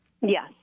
Yes